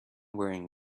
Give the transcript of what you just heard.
wearing